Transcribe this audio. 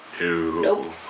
Nope